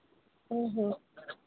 हाँ हाँ